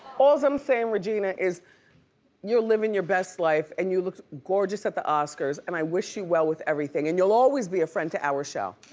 all's i'm saying, regina, is you're living your best life and you looked gorgeous at the oscars and i wish you well with everything, and you'll always be a friend to our show.